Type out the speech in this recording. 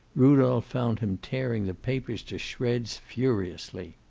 rudolph found him tearing the papers to shreds furiously.